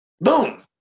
Boom